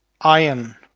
iron